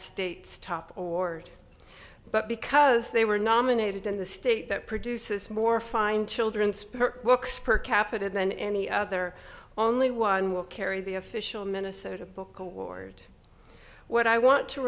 state's top or but because they were nominated in the state that produces more fine children spurt books per capita than any other only one will carry the official minnesota book award what i want to